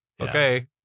okay